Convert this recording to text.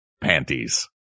panties